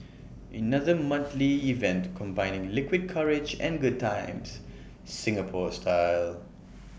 another monthly event combining liquid courage and good times Singapore style